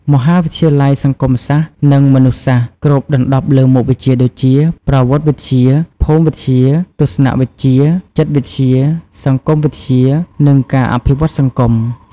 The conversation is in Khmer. មហាវិទ្យាល័យសង្គមសាស្ត្រ និងមនុស្សសាស្ត្រ គ្របដណ្តប់លើមុខវិជ្ជាដូចជា ប្រវត្តិវិទ្យា ភូមិវិទ្យា ទស្សនវិជ្ជា ចិត្តវិទ្យា សង្គមវិទ្យា និងការអភិវឌ្ឍសង្គម។